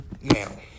Now